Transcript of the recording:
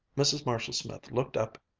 mrs. marshall-smith looked up,